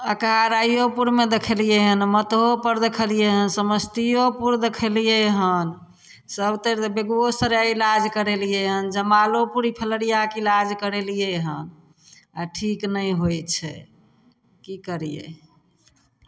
एकरा राइओपुरमे देखेलिए हन मतहोपर देखेलिए हन समस्तिओपुर देखेलिए हन सभतरि बेगुओसराय इलाज करेलिए हन जमालोपुर फलेरिआके इलाज करेलिए हन आओर ठीक नहि होइ छै कि करिए